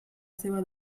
seva